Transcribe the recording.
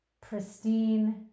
pristine